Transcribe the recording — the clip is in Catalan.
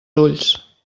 ulls